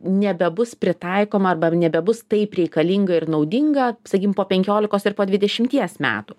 nebebus pritaikoma arba nebebus taip reikalinga ir naudinga sakykim po penkiolikos ir po dvidešimties metų